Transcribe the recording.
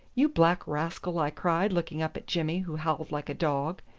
you black rascal! i cried, looking up at jimmy, who howled like a dog.